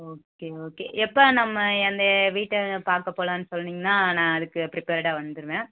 okay okay எப்போ நம்ம அந்த வீட்டை பார்க்க போலாம்னு சொன்னிங்கனால் நான் அதுக்கு ப்ரிப்பேர்டாக வந்துடுவேன்